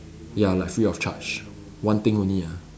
ya like free of charge one thing only ah